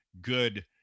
good